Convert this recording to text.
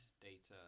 data